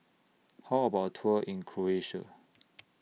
How about Tour in Croatia